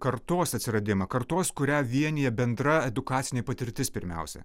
kartos atsiradimą kartos kurią vienija bendra edukacinė patirtis pirmiausia